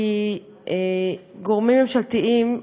כי גורמים ממשלתיים,